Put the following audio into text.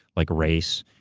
like race.